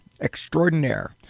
extraordinaire